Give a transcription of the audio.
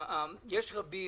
יש רבים